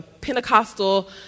Pentecostal